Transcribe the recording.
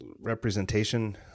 representation